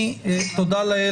תודה לאל,